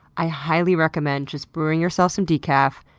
i highly recommend just brewing yourself some decaf,